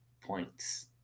points